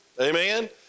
Amen